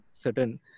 certain